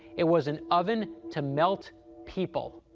it was an oven to melt people.